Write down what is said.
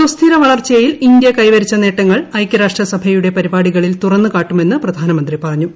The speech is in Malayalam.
സുസ്ഥിര വളർച്ചയിൽ ഇന്ത്യ കൈവരിച്ച നേട്ടങ്ങൾ ഐകൃരാഷ്ട്രസഭയുടെ പരിപാടികളിൽ തുറന്ന് കാട്ടുമെന്നും പ്രധാനമന്ത്രി പറഞ്ഞു